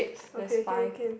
okay can can